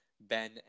Ben